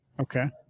Okay